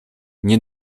nie